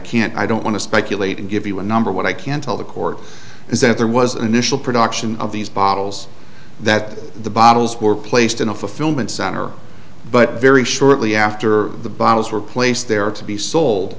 can't i don't want to speculate and give you a number what i can tell the court is that there was an initial production of these bottles that the bottles were placed in a fulfillment center but very shortly after the bottles were placed there to be sold